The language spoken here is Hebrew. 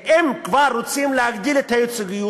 אם כבר רוצים להגדיל את הייצוגיות,